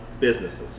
businesses